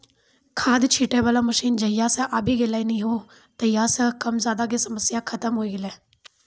खाद छीटै वाला मशीन जहिया सॅ आबी गेलै नी हो तहिया सॅ कम ज्यादा के समस्या खतम होय गेलै